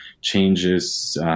changes